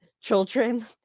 children